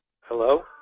Hello